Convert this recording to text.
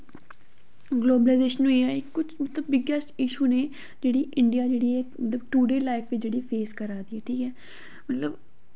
globalisation होइया कुछ मतलव बिग्गैस्ट ईशू नै इंडिया जेह्ड़ी ऐ मतलव टूडे लाईफ च मतलव फेस करा दी ऐ मतलव